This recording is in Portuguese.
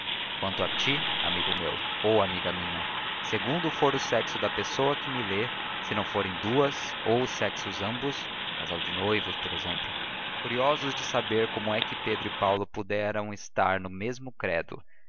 quanto a ti amigo meu ou amiga minha segundo for o sexo da pessoa que me lê se não forem duas e os sexos ambos um casal de noivos por exemplo curiosos de saber como é que pedro e paulo puderam estar no mesmo credo